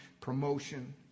promotion